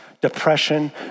Depression